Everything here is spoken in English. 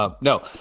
No